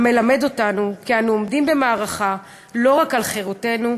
המלמד אותנו כי אנו עומדים במערכה לא רק על חירותנו,